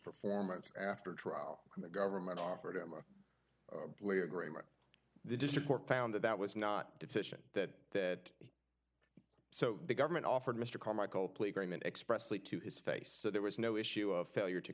performance after trial and the government offered him a plea agreement the district court found that that was not deficient that that so the government offered mr carmichael plea agreement expressly to his face so there was no issue of failure to